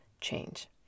change